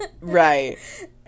Right